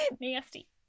nasty